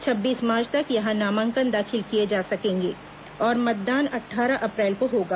छब्बीस मार्च तक यहां नामांकन दाखिल किए जा सकेंगे और मतदान अट्ठारह अप्रैल को होगा